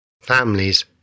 Families